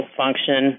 function